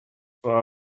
war